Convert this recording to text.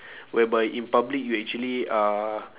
whereby in public you actually uh